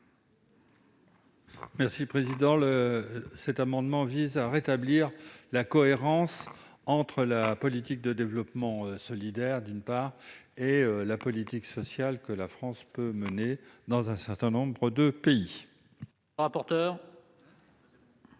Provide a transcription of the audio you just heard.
M. Richard Yung. Cet amendement vise à rétablir la cohérence entre la politique de développement solidaire et la politique sociale que la France peut mener dans un certain nombre de pays. Quel